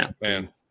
man